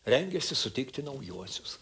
rengėsi sutikti naujuosius